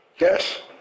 Yes